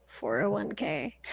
401k